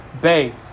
Bay